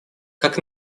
как